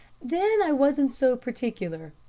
then, i wasn't so particular.